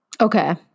Okay